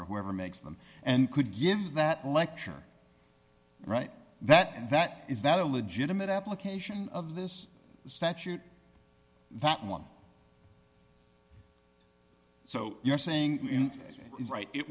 or whoever makes them and could gives that lecture right that that is that a legitimate application of this statute that one so you're saying is right it